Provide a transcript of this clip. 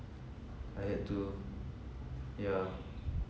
I had to ya